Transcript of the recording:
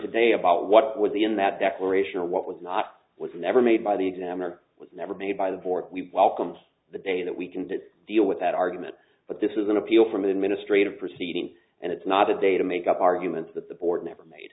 today about what would be in that declaration or what was not was never made by the examiner was never made by the board we welcomed the day that we can to deal with that argument but this is an appeal from an administrative proceeding and it's not a day to make up arguments that the board never made